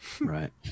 Right